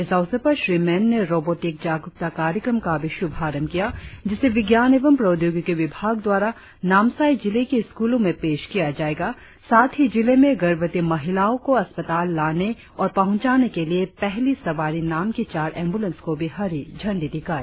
इस अवसर पर श्री मेन ने रोबोटिक जागरुकता कार्यक्रम का भी शुभारंभ किया जिसे विज्ञान एवं प्रौद्योगिकी विभाग द्वारा नामसाई जिले के स्कूलों में पेश किया जाएगा साथ ही जिले में गर्भवती महिलाओं को अस्पताल में लाने और पहुंचाने के लिए पहली सवारी नाम की चार एम्बूलेंस को भी हरी झंडी दिखाई